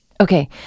Okay